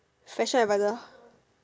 fashion adviser